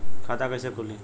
खाता कइसे खुली?